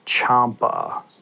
Champa